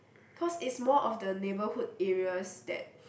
cause it's more of the neighbourhood areas that